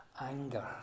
anger